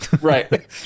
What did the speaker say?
right